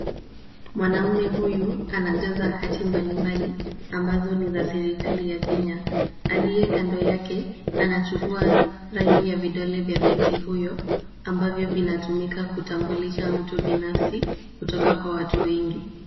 Mwanamume huyu anajaza hati mbalimbali ambazo ni za serikali ya Kenya. Aliye kando yake, anachukua rangi ya vidole vya binti huyo, ambavyo vinatumika kutambulisha mtu binafsi kutoka kwa watu wengi.